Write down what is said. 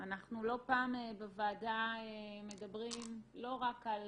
אנחנו לא פעם בוועדה מדברים לא רק על